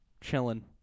chilling